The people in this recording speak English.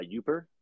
Youper